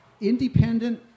Independent